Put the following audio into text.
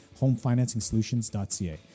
homefinancingsolutions.ca